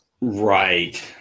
Right